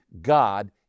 God